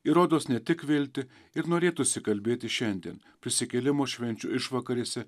ir rodos ne tik viltį ir norėtųsi kalbėti šiandien prisikėlimo švenčių išvakarėse